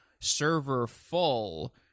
server-full